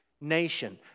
nation